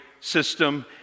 system